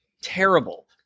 terrible